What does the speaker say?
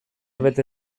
bete